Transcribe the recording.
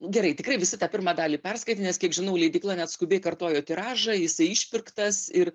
gerai tikrai visi tą pirmą dalį perskaitė nes kiek žinau leidykla net skubiai kartojo tiražą jisai išpirktas ir